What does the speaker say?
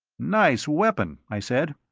nice weapon, i said.